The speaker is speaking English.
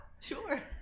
Sure